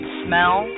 smell